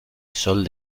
sol